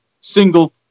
single